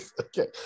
okay